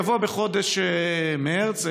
יבוא בחודש מרס,